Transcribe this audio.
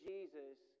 Jesus